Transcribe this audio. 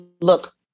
look